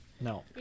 No